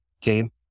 game